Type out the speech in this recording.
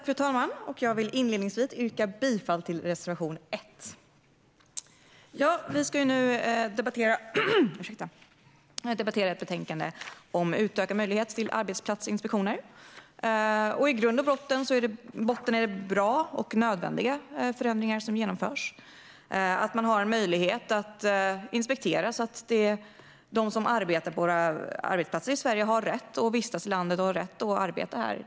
Fru talman! Jag vill inledningsvis yrka bifall till reservation 1. Vi ska nu debattera ett betänkande om utökade möjligheter till arbetsplatsinspektioner. I grund och botten är det bra och nödvändiga förändringar som genomförs och som handlar om att man har en möjlighet att inspektera så att de som arbetar på våra arbetsplatser i Sverige har rätt att vistas i landet och har rätt att arbeta här.